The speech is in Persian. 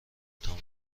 تموم